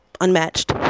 unmatched